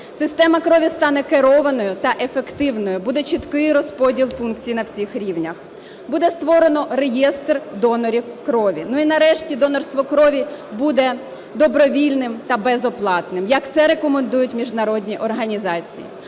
Система крові стане керованою та ефективною, буде чіткий розподіл функцій на всіх рівнях. Буде створено реєстр донорів крові. Ну і, нарешті, донорство крові буде добровільним та безоплатним, як це рекомендують міжнародні організації.